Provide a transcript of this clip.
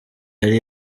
yari